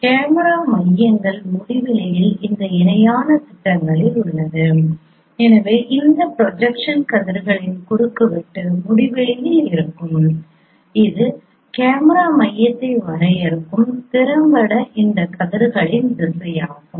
camera மையங்கள் முடிவிலியில் இந்த இணையான திட்டத்தில் உள்ளது எனவே இந்த ப்ரொஜெக்ஷன் கதிர்களின் குறுக்குவெட்டு முடிவிலியில் இருக்கும் இது கேமரா மையத்தை வரையறுக்கும் திறம்பட இந்த கதிர்களின் திசையாகும்